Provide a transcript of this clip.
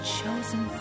chosen